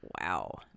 Wow